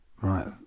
Right